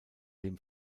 dem